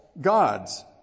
gods